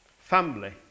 family